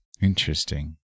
Interesting